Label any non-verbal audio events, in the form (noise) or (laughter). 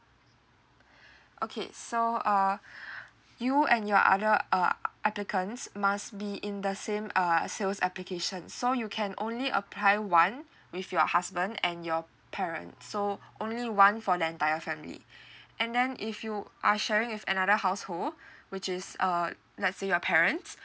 okay so uh (breath) you and your other uh applicants must be in the same uh sales application so you can only apply one with your husband and your parent so only one for the entire family and then if you are sharing with another household which is uh let's say your parents